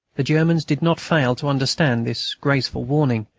the germans did not fail to understand this graceful warning.